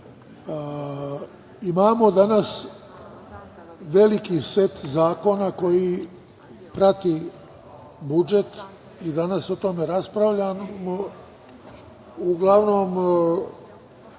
imamo danas veliki set zakona koji prati budžet i danas o tome raspravljamo uglavnom